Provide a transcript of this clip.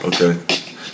Okay